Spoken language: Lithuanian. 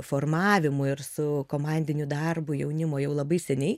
formavimu ir su komandiniu darbu jaunimo jau labai seniai